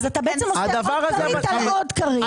אז בעצם אתה עושה עוד כרית על עוד כרית.